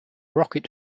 rocket